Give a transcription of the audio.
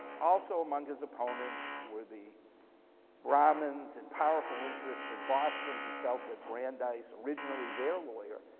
also among his opponents were the brahmins and powerful interests in boston who felt that brandeis, originally their lawyer,